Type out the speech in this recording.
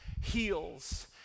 heals